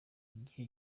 igihe